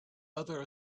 other